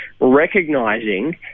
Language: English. recognising